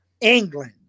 England